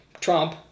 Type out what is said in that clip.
Trump